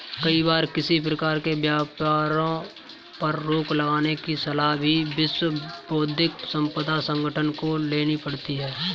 कई बार किसी प्रकार के व्यापारों पर रोक लगाने की सलाह भी विश्व बौद्धिक संपदा संगठन को लेनी पड़ती है